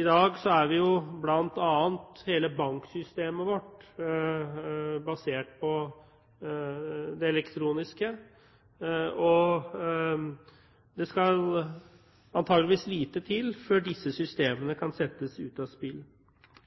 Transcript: I dag er jo bl.a. hele banksystemet vårt basert på det elektroniske, og det skal antageligvis lite til før disse systemene kan settes ut av spill.